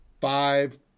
five